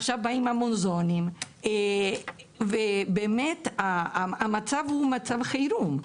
עכשיו באים המונזונים, ובאמת המצב הוא מצב חירום.